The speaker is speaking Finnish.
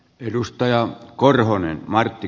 arvoisa herra puhemies